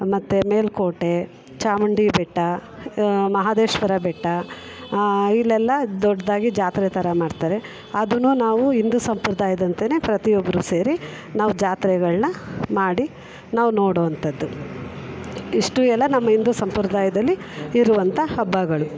ಮತ್ತೆ ಮೇಲುಕೋಟೆ ಚಾಮುಂಡಿ ಬೆಟ್ಟ ಮಹದೇಶ್ವರ ಬೆಟ್ಟ ಇಲ್ಲೆಲ್ಲ ದೊಡ್ಡದಾಗಿ ಜಾತ್ರೆ ಥರ ಮಾಡ್ತಾರೆ ಅದೂ ನಾವು ಹಿಂದೂ ಸಂಪ್ರದಾಯದಂತೆನೆ ಪ್ರತಿಯೊಬ್ರು ಸೇರಿ ನಾವು ಜಾತ್ರೆಗಳನ್ನ ಮಾಡಿ ನಾವು ನೋಡುವಂಥದ್ದು ಇಷ್ಟು ಎಲ್ಲ ನಮ್ಮ ಹಿಂದೂ ಸಂಪ್ರದಾಯದಲ್ಲಿ ಇರುವಂಥ ಹಬ್ಬಗಳು